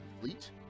fleet